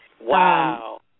Wow